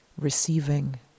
receiving